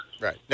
Right